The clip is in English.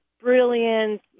brilliant